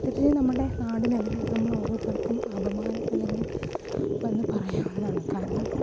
നമ്മുടെ നാടിനെ അല്ലെങ്കിൽ നമ്മൾ ഓരോരുത്തർക്കും അപമാനം അല്ലെങ്കിൽ എന്ന് പറയാവുന്നതാണ് കാരണം